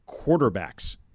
quarterbacks